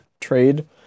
trade